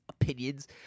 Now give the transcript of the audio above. opinions